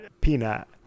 peanut